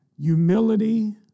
Humility